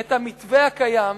את המתווה הקיים,